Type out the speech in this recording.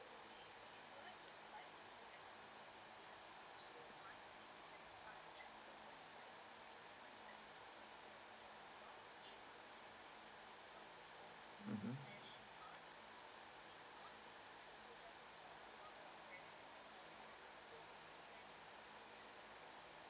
mmhmm